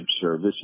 service